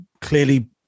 clearly